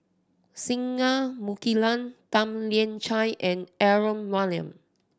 Singai Mukilan Tan Lian Chye and Aaron Maniam